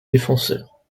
défenseurs